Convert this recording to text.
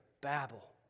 Babel